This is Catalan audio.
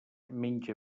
menja